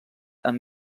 amb